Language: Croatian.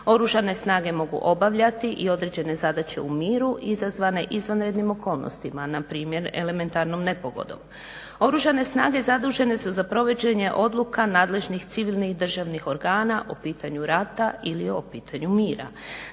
Oružane snage mogu obavljati i određene zadaće u miru izazvane izvanrednim okolnostima, npr. elementarnom nepogodom. Oružane snage zadužene su za provođenje odluka nadležnih civilnih državnih organa o pitanju rata ili o pitanju mira.